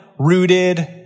Rooted